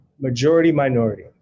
majority-minority